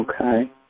Okay